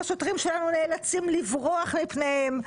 והשוטרים שלנו נאלצים לברוח מפניהם.